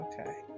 okay